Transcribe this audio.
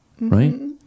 right